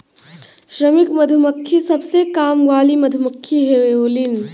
श्रमिक मधुमक्खी सबसे काम वाली मधुमक्खी होलीन